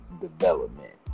development